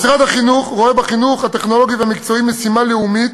משרד החינוך רואה בחינוך הטכנולוגי המקצועי משימה לאומית,